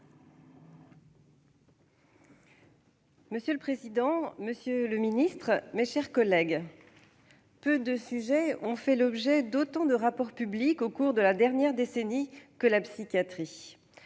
Monsieur le président, monsieur le secrétaire d'État, mes chers collègues, peu de sujets ont fait l'objet d'autant de rapports publics au cours de la dernière décennie que la psychiatrie.